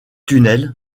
tunnels